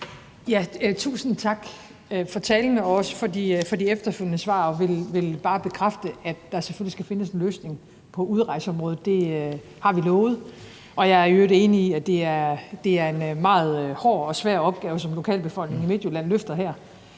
Tusind tak for talen og også for de efterfølgende svar. Jeg vil bare bekræfte, at der selvfølgelig skal findes en løsning på udrejseområdet – det har vi lovet. Og jeg er i øvrigt enig i, at det er en meget hård og svær opgave, som lokalbefolkningen i Midtjylland løfter her.